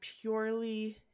purely